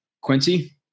Quincy